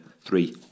three